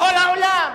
בכל העולם.